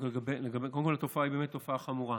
קודם כול, התופעה היא באמת תופעה חמורה,